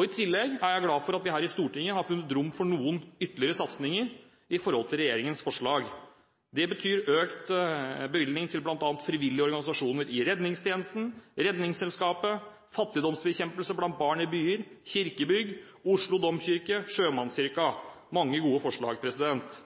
I tillegg er jeg glad for at vi her i Stortinget har funnet rom for noen ytterligere satsinger i forhold til regjeringens forslag. Det betyr økt bevilgning til bl.a. frivillige organisasjoner i redningstjenesten, Redningsselskapet, fattigdomsbekjempelse blant barn i byer, kirkebygg, Oslo domkirke og Sjømannskirken. Dette er mange gode forslag.